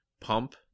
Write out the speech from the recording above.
pump